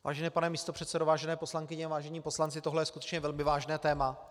Vážený pane místopředsedo, vážené poslankyně, vážení poslanci, tohle je skutečně velmi vážné téma.